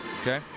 Okay